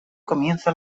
comienza